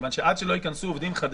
מכיוון שעד שלא ייכנסו עובדים חדשים,